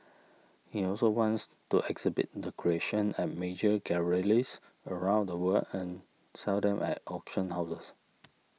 he also wants to exhibit the creations at major around the world and sell them at auction houses